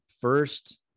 first